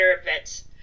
events